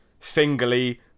fingerly